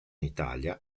italia